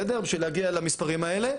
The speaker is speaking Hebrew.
בשביל להגיע למספרים האלה,